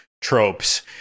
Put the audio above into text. tropes